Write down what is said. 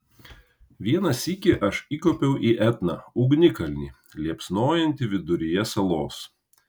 vieną sykį aš įkopiau į etną ugnikalnį liepsnojantį viduryje salos